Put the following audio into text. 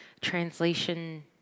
translation